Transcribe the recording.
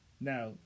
now